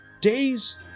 Days